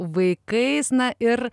vaikais na ir